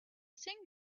thing